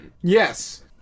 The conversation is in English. Yes